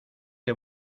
que